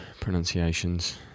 pronunciations